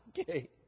Okay